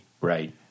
Right